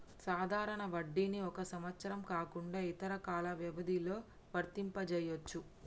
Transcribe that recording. సాధారణ వడ్డీని ఒక సంవత్సరం కాకుండా ఇతర కాల వ్యవధిలో వర్తింపజెయ్యొచ్చు